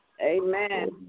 Amen